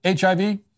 HIV